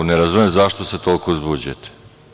Ne razumem zašto se toliko uzbuđujete.